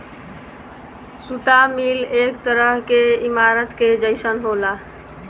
सुता मिल एक तरह के ईमारत के जइसन होला